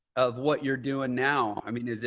of what you're doing now? i mean,